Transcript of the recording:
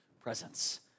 presence